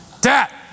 Dad